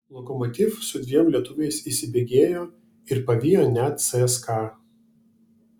lokomotiv su dviem lietuviais įsibėgėjo ir pavijo net cska